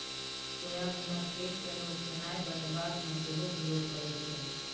सोयाबीनक तेल केँ लोक खेनाए बनेबाक मे सेहो प्रयोग करै छै